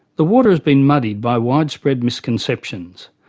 the water has been muddied by widespread misconceptions.